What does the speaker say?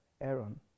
Aaron